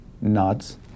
nods